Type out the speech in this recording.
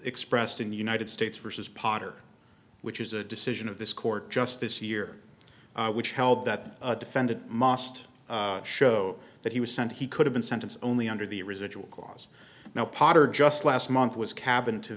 expressed in the united states versus potter which is a decision of this court just this year which held that the defendant must show that he was sent he could've been sentenced only under the residual clause now potter just last month was cabin to